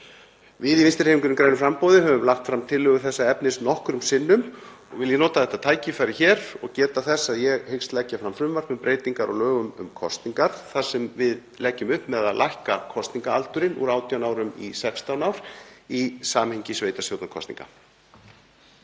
Við í Vinstrihreyfingunni – grænu framboði höfum lagt fram tillögu þessa efnis nokkrum sinnum og vil ég nota þetta tækifæri hér og geta þess að ég hyggst leggja fram frumvarp um breytingar á lögum um kosningar þar sem við leggjum upp með að lækka kosningaaldurinn úr 18 árum í 16 ár í samhengi sveitarstjórnarkosninga.